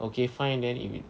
okay fine then it will